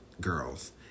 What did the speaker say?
girls